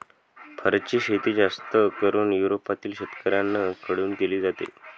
फरची शेती जास्त करून युरोपातील शेतकऱ्यांन कडून केली जाते